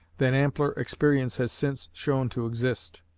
than ampler experience has since shown to exist.